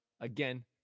again